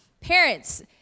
Parents